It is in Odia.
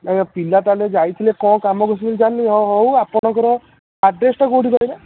ନାଇଁ ଆଜ୍ଞା ପିଲା ତା'ହେଲେ ଯାଇଥିଲେ କ'ଣ କାମ କରିଥିଲେ ଜାଣିନି ହଁ ହଉ ଆପଣଙ୍କର ଆଡ୍ରେସଟା କେଉଁଠି କହିଲେ